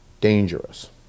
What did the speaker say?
dangerous